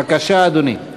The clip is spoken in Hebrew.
בבקשה, אדוני.